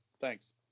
thanks